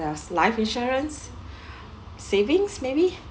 there's life insurance savings maybe